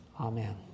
Amen